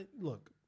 look